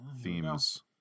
themes